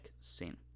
scene